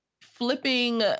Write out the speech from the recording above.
flipping